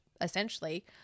essentially